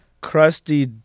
crusty